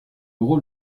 rôle